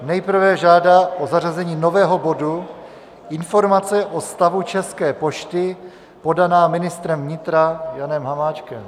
Nejprve žádá o zařazení nového bodu Informace o stavu České pošty podaná ministrem vnitra Janem Hamáčkem.